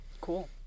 cool